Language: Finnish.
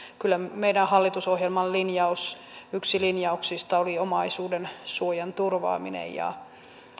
kyllä huomioitava että yksi meidän hallitusohjelmamme linjauksista oli omaisuudensuojan turvaaminen ja